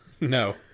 no